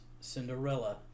Cinderella